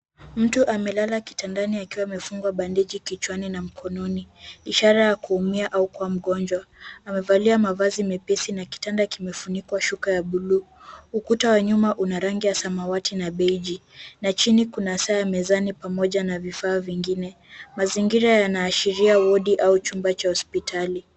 Mtu amelala kitandani akiwa amefungwa bandeji kichwani na mkononi, ishara ya kuumia au kuwa mgonjwa. Amevalia mavazi mepesi na kitanda kimefunikwa shuka ya bluu. Ukuta wa nyuma una rangi ya samawati na beige na chini kuna saa ya mezani pamoja na vifaa vingine. Mazingira yanaashiria wodi au chumba cha hospitali.